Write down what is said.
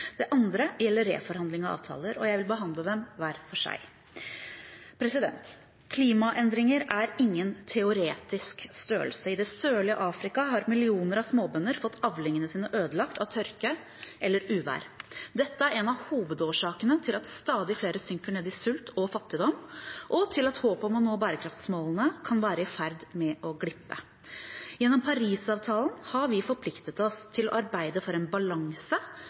det andre gjelder reforhandling av avtaler. Jeg vil behandle dem hver for seg. Klimaendringer er ingen teoretisk størrelse. I det sørlige Afrika har millioner av småbønder fått avlingene sine ødelagt av tørke eller uvær. Dette er en av hovedårsakene til at stadig flere synker ned i sult og fattigdom, og til at håpet om å nå bærekraftsmålene kan være i ferd med å glippe. Gjennom Parisavtalen har vi forpliktet oss til å arbeide for en balanse